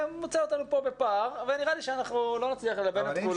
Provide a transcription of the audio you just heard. מוצא אותנו כאן בפער אבל נראה לי שלא נצליח ללבן את כולו.